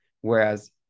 whereas